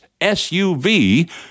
SUV